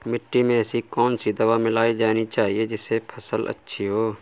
मिट्टी में ऐसी कौन सी दवा मिलाई जानी चाहिए जिससे फसल अच्छी हो?